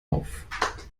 auf